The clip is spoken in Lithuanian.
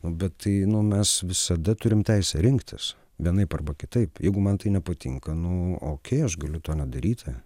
nu bet tai nu mes visada turim teisę rinktis vienaip arba kitaip jeigu man tai nepatinka nu okei aš galiu to nedaryti